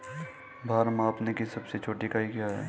भार मापने की सबसे छोटी इकाई क्या है?